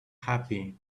happy